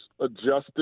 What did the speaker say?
adjusted